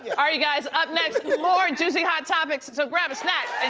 yeah ah you guys, up next, more juicy hot topics. and so grab a snack